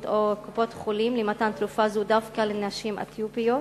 או קופות-החולים לתת תרופה זו דווקא לנשים אתיופיות?